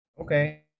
Okay